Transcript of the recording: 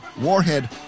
Warhead